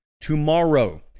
tomorrow